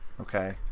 Okay